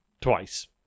Twice